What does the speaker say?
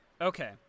okay